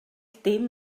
dim